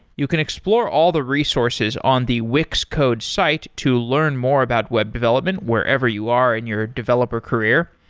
you can explore all the resources on the wix code site to learn more about web development wherever you are in your developer career.